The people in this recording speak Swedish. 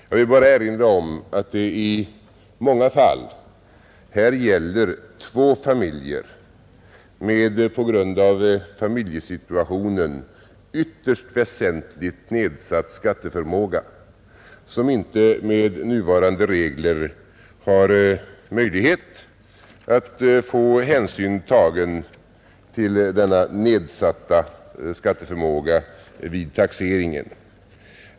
Jag vill bara erinra om att det i många fall här gäller två familjer med på grund av familjesituationen ytterst väsentligt nedsatt skatteförmåga, som inte med nuvarande regler har möjligheter att vid taxeringen få hänsyn tagen till denna nedsatta skatteförmåga. Herr talman!